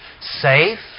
Safe